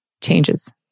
changes